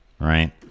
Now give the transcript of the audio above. right